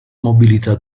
mobilità